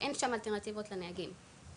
ואין שם אלטרנטיבות לנהגים.